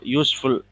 useful